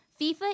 FIFA